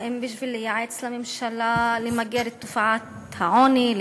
האם בשביל לייעץ לממשלה למגר את תופעת העוני?